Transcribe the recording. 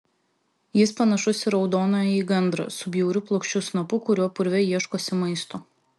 jis panašus į raudonąjį gandrą su bjauriu plokščiu snapu kuriuo purve ieškosi maisto